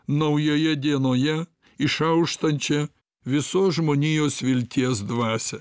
naujoje dienoje išauštančią visos žmonijos vilties dvasią